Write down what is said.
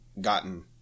gotten